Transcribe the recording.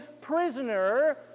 prisoner